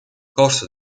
corso